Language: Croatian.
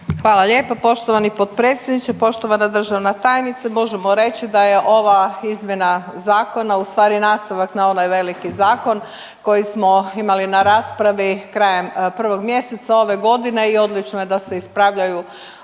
Hvala lijepo poštovani potpredsjedniče, poštovana državna tajnice. Možemo reći da je ova izmjena zakona u stvari nastavak na onaj veliki zakon koji smo imali na raspravi krajem prvog mjeseca ove godine i odlično je da se ispravljaju